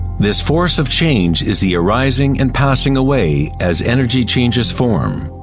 this force of change is the arising and passing away as energy changes form.